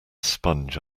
sponge